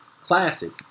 Classic